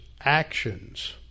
actions